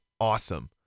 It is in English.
awesome